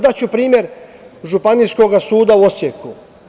Daću primer Županijskoga suda u Osijeku.